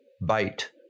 bite